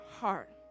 heart